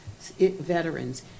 veterans